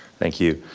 thank you.